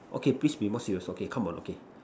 okay please be more serious okay come on okay